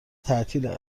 تعطیلات